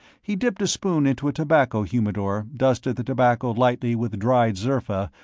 he dipped a spoon into a tobacco humidor, dusted the tobacco lightly with dried zerfa,